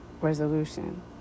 resolution